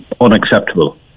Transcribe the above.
unacceptable